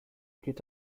geht